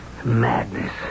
Madness